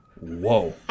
Whoa